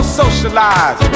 socialize